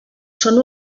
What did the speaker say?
són